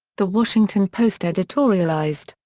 the washington post editorialized,